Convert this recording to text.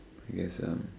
I guess um